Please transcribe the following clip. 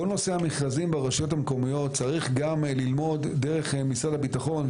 כל נושא המכרזים ברשויות המקומיות צריך גם ללמוד דרך משרד הביטחון,